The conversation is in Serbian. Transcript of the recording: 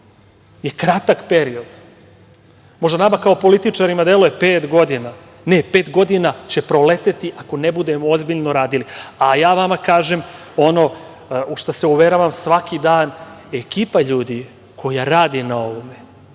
je kratak period. Možda nama kao političarima deluje pet godina, ne, pet godina će proleteti ako ne budemo ozbiljno radili, a ja vama kažem, ono u šta se uveravam svaki dan, ekipa ljudi koja radi na ovome,